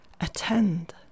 attend